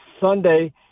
Sunday